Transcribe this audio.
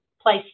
place